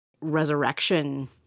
resurrection